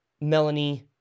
Melanie